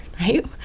right